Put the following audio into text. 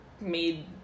made